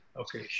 Okay